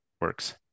works